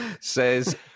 says